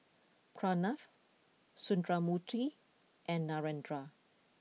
Pranav Sundramoorthy and Narendra